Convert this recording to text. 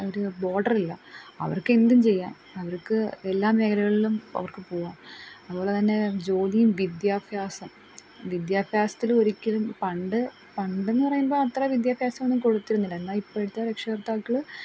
ഒരു ബോർഡർ ഇല്ല അവർക്ക് എന്തും ചെയ്യാം അവർക്ക് എല്ലാ മേഖലകളിലും അവർക്ക് പോകാം അതുപോലെ തന്നെ ജോലിയും വിദ്യാഭ്യാസം വിദ്യാഭ്യാസത്തിൽ ഒരിക്കലും പണ്ട് പണ്ടെന്ന് പറയുമ്പോൾ അത്ര വിദ്യാഭ്യാസം ഒന്നും കൊടുത്തിരുന്നില്ല എന്നാൽ ഇപ്പോഴത്തെ രക്ഷകർത്താക്കൾ